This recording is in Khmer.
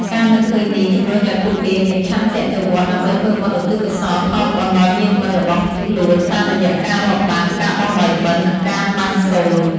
ការនឹកឃើញនេះ ជំរុញឲ្យពួកគេមាន ឆន្ទៈទៅវត្ត ដើម្បីធ្វើបុណ្យឧទ្ទិសកុសលផលបុណ្យដល់ញាតិមិត្តរបស់ខ្លួន តាមរយៈការរាប់បាត្រ ការបោះបាយបិណ្ឌ និងការបង្សុកូល។